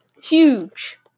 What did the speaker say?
huge